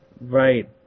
Right